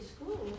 school